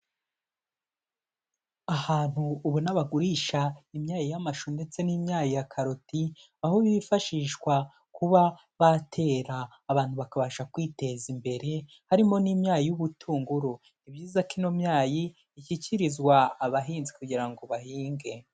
Ahantu ubona bagurisha imyayi y'amashu ndetse n'imyayi ya karoti, aho bifashishwa kuba batera abantu bakabasha kwiteza imbere harimo n'imyayi y'ubutunguru, ni byiza ko ino myayi ishyikirizwa abahinzi kugira ngo bahinge.